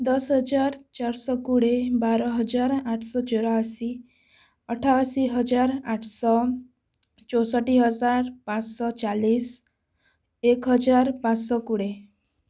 ଦଶ ହଜାର ଚାରିଶହ କୋଡ଼ିଏ ବାର ହଜାର ଆଠଶହ ଚଉରାଅଶୀ ଅଠାଅଶୀ ହଜାର ଆଠଶହ ଚଉଷଠି ହଜାର ପାଞ୍ଚଶହ ଚାଲିଶ ଏକ ହଜାର ପାଞ୍ଚଶହ କୋଡ଼ିଏ